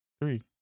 three